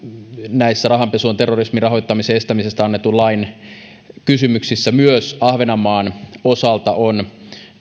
näissä rahanpesun ja terrorismin rahoittamisen estämisestä annetun lain kysymyksissä myös ahvenanmaan osalta on